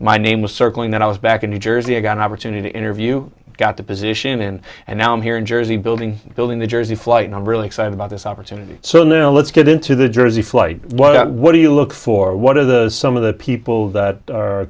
my name was circling that i was back in new jersey i got an opportunity to interview got the position in and now i'm here in jersey building building the jersey flight number really excited about this opportunity so now let's get into the jersey flight what do you look for what are the some of the people